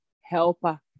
helper